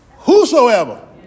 whosoever